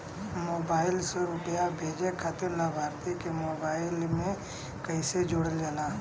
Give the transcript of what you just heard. Mobile से रूपया भेजे खातिर लाभार्थी के मोबाइल मे कईसे जोड़ल जाला?